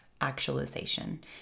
actualization